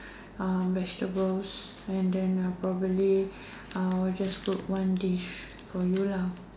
uh vegetables and then uh probably I will just cook one dish for you lah